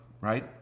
right